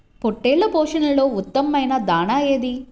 పొట్టెళ్ల పోషణలో ఉత్తమమైన దాణా ఏది?